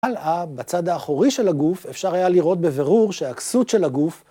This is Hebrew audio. הלאה בצד האחורי של הגוף אפשר היה לראות בבירור שהכסות של הגוף